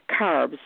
carbs